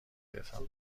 گرفتم